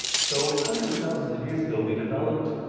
so hundreds of thousands of years ago we developed